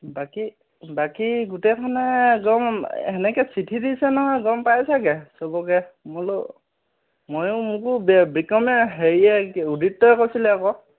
বাকী বাকী গোটেইখনে যাম সেনেকৈ চিঠি দিছে নহয় গম পাই চাগৈ চবকে বোলো মইয়ো মোকো বিক্ৰমে হেৰিয়ে উদীপ্তই কৈছিলে আকৌ